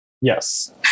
Yes